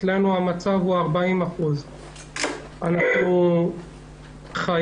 אצלנו זה 40%. אנחנו חייבים